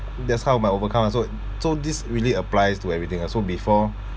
that's how am I overcome lah so so this really applies to everything uh so before